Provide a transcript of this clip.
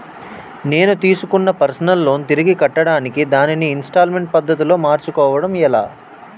నేను తిస్కున్న personal loan తిరిగి కట్టడానికి దానిని ఇంస్తాల్మేంట్ పద్ధతి లో మార్చుకోవడం ఎలా?